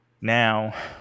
Now